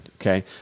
okay